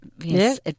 yes